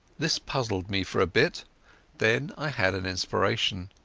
this puzzled me for a bit then i had an inspiration,